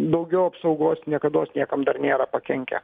daugiau apsaugos niekados niekam dar nėra pakenkę